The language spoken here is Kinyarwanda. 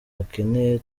bakeneye